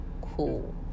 cool